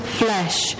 flesh